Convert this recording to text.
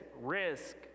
risk